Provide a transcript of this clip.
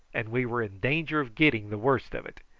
and we were in danger of getting the worst of it.